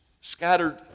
scattered